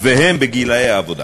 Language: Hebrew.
והם בגילי העבודה.